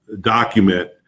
document